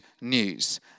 news